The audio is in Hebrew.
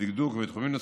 בדקדוק ובתחומים נוספים.